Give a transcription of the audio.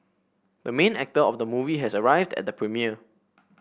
the main actor of the movie has arrived at the premiere